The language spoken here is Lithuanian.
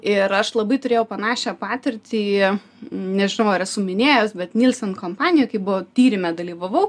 ir aš labai turėjau panašią patirtį nežinau ar esu minėjus bet nylsen kompanijoj kai buvo tyrime dalyvavau